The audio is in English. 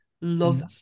love